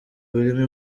birimo